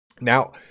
Now